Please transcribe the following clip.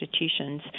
institutions